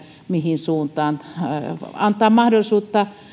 mihin suuntaan on etenemässä antaa mahdollisuutta